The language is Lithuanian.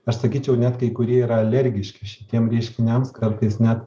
aš sakyčiau net kai kurie yra alergiški šitiem reiškiniams kartais net